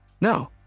no